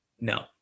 No